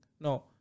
No